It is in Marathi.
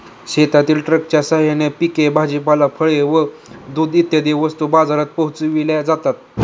शेतातील ट्रकच्या साहाय्याने पिके, भाजीपाला, फळे व दूध इत्यादी वस्तू बाजारात पोहोचविल्या जातात